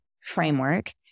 framework